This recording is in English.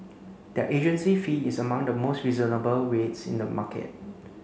their agency fee is among the most reasonable rates in the market